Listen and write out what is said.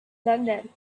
london